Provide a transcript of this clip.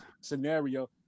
scenario